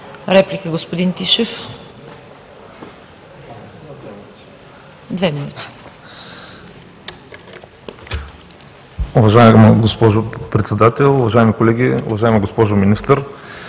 реплика, господин Тишев – две минути.